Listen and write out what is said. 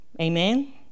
Amen